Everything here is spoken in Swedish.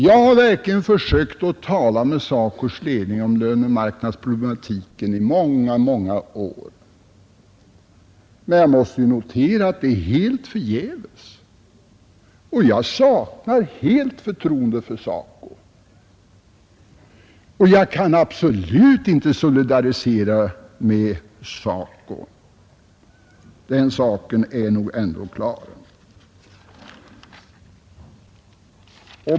Jag har verkligen i många, många år försökt att tala med SACO s ledning om lönemarknadsproblematiken, men jag måste notera att det varit alldeles förgäves. Jag saknar helt förtroende för SACO och kan absolut inte solidarisera mig med SACO; den saken är nog ändå klar.